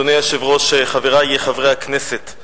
אדוני היושב-ראש, חברי חברי הכנסת,